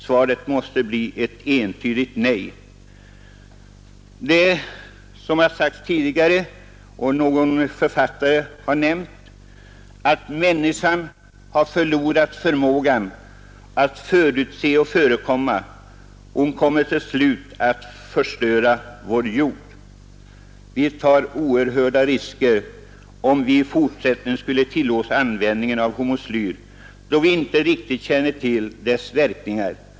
Svaret måste bli ett entydigt nej. En författare har sagt: Människan har förlorat förmågan att förutse och förekomma. Hon kommer till slut att förstöra vår jord. Vi tar oerhörda risker om vi i fortsättningen skulle tillåta användning av hormoslyr, då vi inte riktigt känner till dess verkningar.